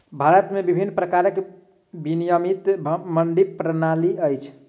भारत में विभिन्न प्रकारक विनियमित मंडी प्रणाली अछि